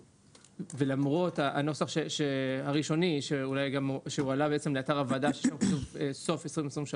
ולמרות הנוסח הראשוני שהועלה לאתר הוועדה ששם כתוב "סוף 2023"